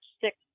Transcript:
six